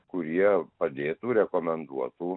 kurie padėtų rekomenduotų